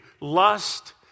Lust